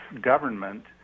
government